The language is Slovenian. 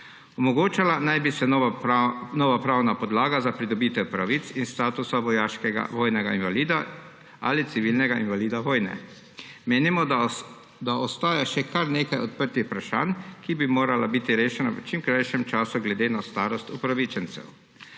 Omogočala naj bi se nova pravna podlaga za pridobitev pravic in statusa vojnega invalida ali civilnega invalida vojne. Menino, da ostaja še kar nekaj odprtih vprašanj, ki bi morala biti rešena v čim krajšem času, glede na starost upravičencev.